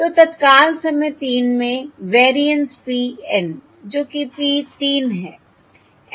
तो तत्काल समय तीन में वेरिएंस P N जो कि P 3 है